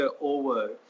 over